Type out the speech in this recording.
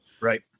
Right